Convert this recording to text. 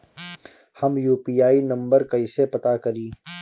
हम UPI number कइसे पता करी?